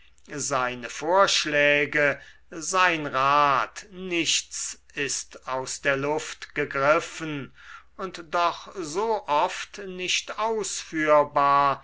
seine vorschläge sein rat nichts ist aus der luft gegriffen und doch so oft nicht ausführbar